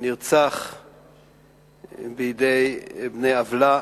שנרצח בידי בני עוולה,